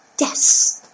Yes